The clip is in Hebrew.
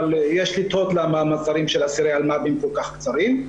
אבל יש לתהות למה מאסרים של אסירי אלמ"ב כל כך קצרים.